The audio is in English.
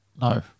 No